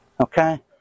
Okay